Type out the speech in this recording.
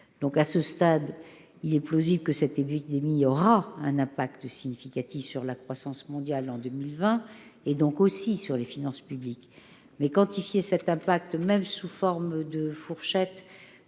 À ce stade, il est plausible que cette épidémie aura un effet significatif sur la croissance mondiale en 2020, et donc sur les finances publiques, mais quantifier cet impact, même sous forme de fourchette,